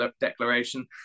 Declaration